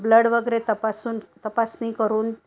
blood वगैरे तपासून तपासणी करून